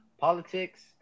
politics